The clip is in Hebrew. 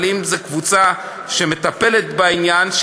אבל זו קבוצה שמטפלת בעניין,